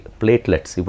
platelets